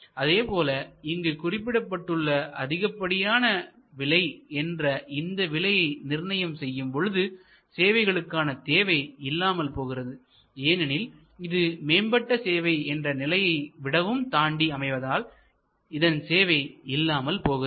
அதே போல இங்கு குறிப்பிடப்பட்டுள்ள அதிகப்படியான விலை என்ற இந்த விலையை நிர்ணயம் செய்யும் பொழுது சேவைகளுக்கான தேவை இல்லாமல் போகிறது ஏனெனில் இது மேம்பட்ட சேவை என்ற நிலையை விடவும் தாண்டி அமைவதால் இதன் தேவை இல்லாமல் போகிறது